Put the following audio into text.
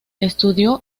estudió